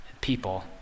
people